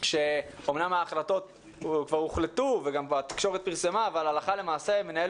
שאמנם ההחלטות כבר הוחלטו והתקשורת כבר פרסמה אותן אבל הלכה למעשה מנהל